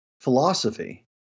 philosophy